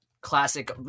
classic